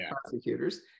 prosecutors